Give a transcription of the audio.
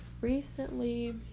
recently